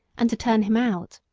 and to turn him out.